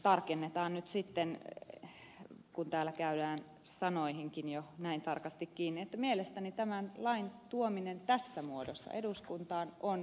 tarkennetaan nyt sitten kun täällä käydään sanoihinkin jo näin tarkasti kiinni että mielestäni tämän lain tuominen tässä muodossa eduskuntaan on virhe